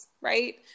right